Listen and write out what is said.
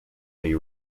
they